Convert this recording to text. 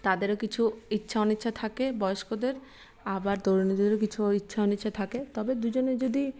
তাদেরও কিছু ইচ্ছা অনিচ্ছা থাকে বয়স্কদের আবার তরুণীদেরও কিছু ইচ্ছা অনিচ্ছা থাকে তবে দুজনে যদি